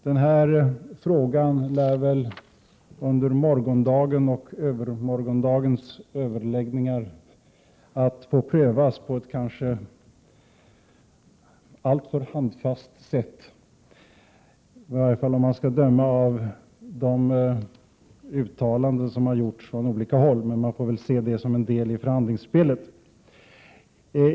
Denna fråga lär under morgondagens och den därpå följande dagens överläggningar komma att få prövas på ett kanske alltför handfast sätt, i varje fall att döma av uttalanden som har gjorts från olika håll — men de får väl ses som en del av förhandlingsspelet.